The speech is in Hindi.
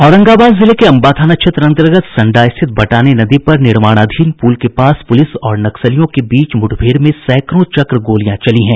औरंगाबाद जिले के अंबा थाना क्षेत्र अंतर्गत संडा स्थित बटाने नदी पर निर्माणाधीन पुल के पास पुलिस और नक्सलियों के बीच मुठभेड़ में सैंकड़ों चक्र गोलियां चली है